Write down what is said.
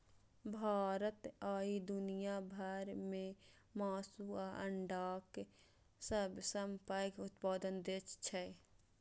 भारत आइ दुनिया भर मे मासु आ अंडाक सबसं पैघ उत्पादक देश छै